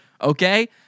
Okay